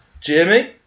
Jamie